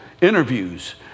interviews